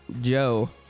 Joe